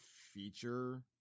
feature